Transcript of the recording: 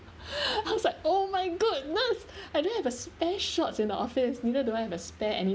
I was like oh my goodness I don't have a spare shorts in the office neither do I have the spare anything